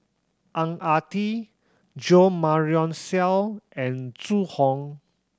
Ang Ah Tee Jo Marion Seow and Zhu Hong